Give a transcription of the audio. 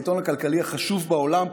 העיתון הכלכלי החשוב בעולם,